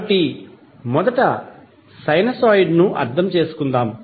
కాబట్టి మొదట సైనూసోయిడ్ ను అర్థం చేసుకుందాం